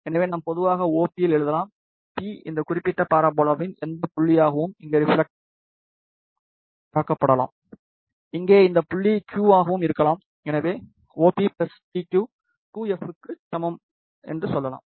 எனவே நாம் பொதுவாக OP இல் எழுதலாம் P இந்த குறிப்பிட்ட பரபோலாவின் எந்த புள்ளியாகவும் இங்கே ரிப்ஃலெக்ட் க்கப்படலாம் இங்கே எந்த புள்ளி Q ஆகவும் இருக்கலாம் எனவே OP PQ 2f க்கு சமம் என்று சொல்லலாம்